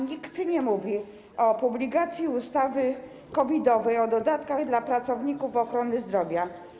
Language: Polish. Nikt nie mówi o publikacji ustawy COVID-owej, o dodatkach dla pracowników ochrony zdrowia.